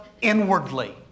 inwardly